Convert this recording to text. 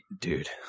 Dude